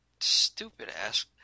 stupid-ass